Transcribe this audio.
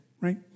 right